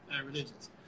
religions